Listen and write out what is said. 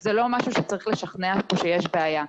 זה לא משהו שצריך לשכנע פה שיש בעיה.